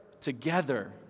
together